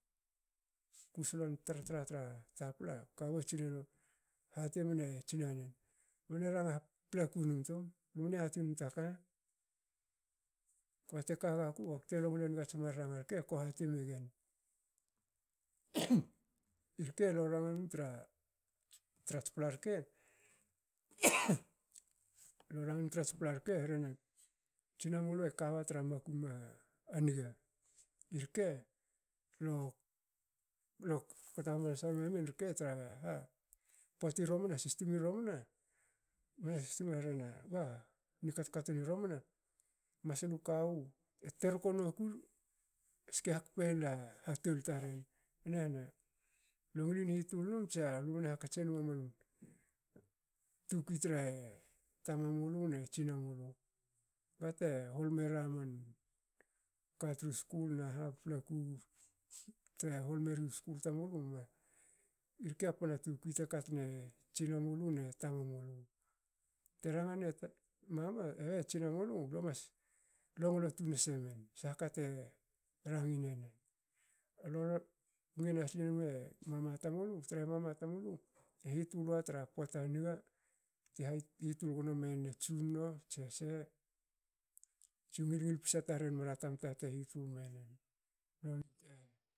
Ku slon tar tra tapla kawu tsineru hate mne tsinanen,"lubanie rarha paplaku num tum lumne yati num taka."kbate ka gaku bakte longle nagats mar rarre rke ko hati megen irke lo ranga num trats pla rke lo ranga num trats pla rke hrena tsinamulu kawa tra makum a niga. Irke lo- lo kota hamansa memen rke traha poti romana sistum i romana sistum e rehena ba ni kat- katni romna maslu kawu e terko nokur eske hakpela hatol taren e nehna,"lo ngilin hitul num tsa lumne hakatsin emna man tukui tre tamamulu ne tsinamulu? Bate hol mera man katru skul naha paplaku te hol meru skul tamulu"irke panna tukui te katne tsinamulu ne tamamulu. Te ranga ne tamamulu ne tsinamulu lo mas longlo tun semen sha ka te rangine nen ngena slenme mama tamulu trahe mama tamulu e hitul wa tra pota niga ti ha hitul gno meyin a tsunno tsese tsu ngil ngil psa taren bra tamta te hitul menen. noni te